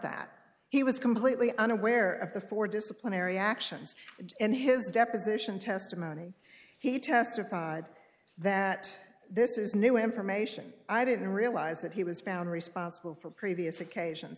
that he was completely unaware of the four disciplinary actions and his deposition testimony he testified that this is new information i didn't realize that he was found responsible for previous occasion